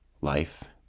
life